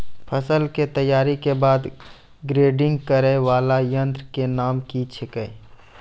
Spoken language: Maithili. फसल के तैयारी के बाद ग्रेडिंग करै वाला यंत्र के नाम की छेकै?